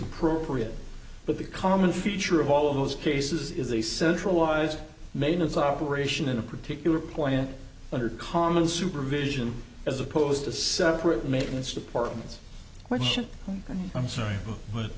appropriate but the common feature of all of those cases is a centralized maintenance operation in a particular plant under common supervision as opposed to separate maintenance departments question i'm sorry but